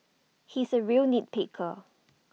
he is A real nit picker